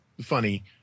funny